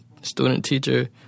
student-teacher